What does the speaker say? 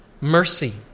mercy